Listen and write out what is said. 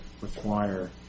require